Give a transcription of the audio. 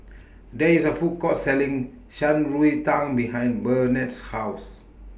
There IS A Food Court Selling Shan Rui Tang behind Burnett's House